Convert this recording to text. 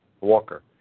Walker